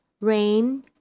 rain